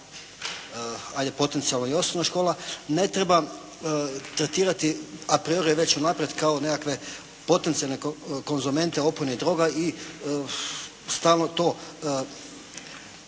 ajde potencijalno i osnovna škola, ne treba tretirati a priori već unaprijed kao nekakve potencijalne konzumente opojnih droga i stalno to,